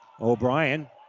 O'Brien